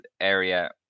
area